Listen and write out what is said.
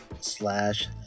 slash